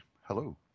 Hello